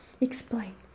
explain